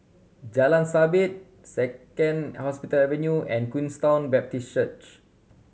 Jalan Sabit Second Hospital Avenue and Queenstown Baptist Church